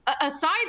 aside